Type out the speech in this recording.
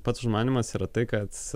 pats užmanymas yra tai kad